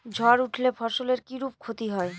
ঝড় উঠলে ফসলের কিরূপ ক্ষতি হয়?